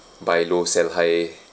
buy low sell high